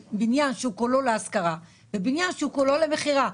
בניין שהוא כולו להשכרה ובניין שהוא כולו למכירה.